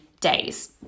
days